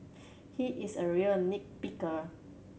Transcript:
he is a real nit picker